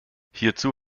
hierzu